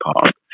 park